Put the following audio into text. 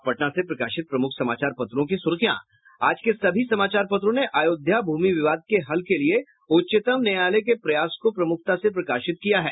अब पटना से प्रकाशित प्रमुख समाचार पत्रों की सुर्खियां आज के सभी समाचार पत्रों ने आयोध्या भूमि विवाद के हल के लिये उच्चतम न्यायालय के प्रयास को प्रमुखता से प्रकाशित किया है